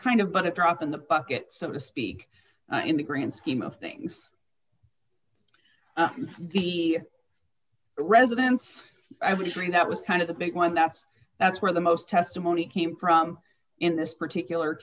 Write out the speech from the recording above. kind of but it dropped in the bucket so to speak in the grand scheme of things the residents i would agree that was kind of the big one that's that's where the most testimony came from in this particular